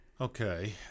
Okay